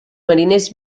mariners